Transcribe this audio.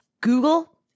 Google